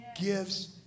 gives